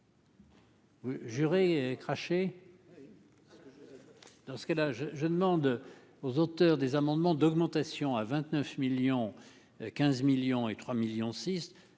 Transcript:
Dans ce cas-là, je je demande aux auteurs des amendements d'augmentation à 29 millions 15 millions et 3 millions